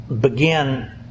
begin